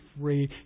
free